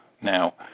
Now